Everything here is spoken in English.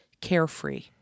carefree